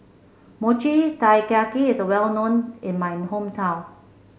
Mochi Taiyaki is well known in my hometown